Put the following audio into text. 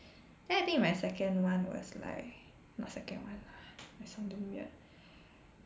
then I think my second [one] was like not second [one] lah I sound damn weird